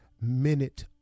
minute